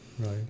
Right